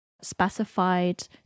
specified